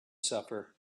suffer